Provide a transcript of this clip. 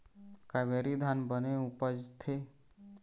कावेरी धान बने उपजथे?